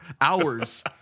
Hours